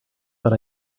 but